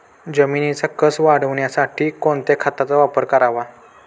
जमिनीचा कसं वाढवण्यासाठी कोणत्या खताचा वापर करावा?